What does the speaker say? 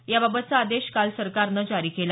याबाबतचा आदेश काल सरकारनं जारी केला